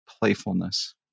Playfulness